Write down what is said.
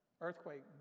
Earthquake